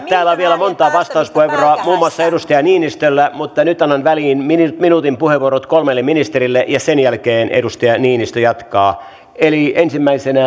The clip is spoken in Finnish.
täällä on vielä monta vastauspuheenvuoroa muun muassa edustaja niinistöllä mutta nyt annan väliin minuutin puheenvuoron kolmelle ministerille ja sen jälkeen edustaja niinistö jatkaa eli ensimmäisenä